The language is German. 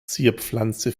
zierpflanze